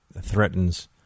threatens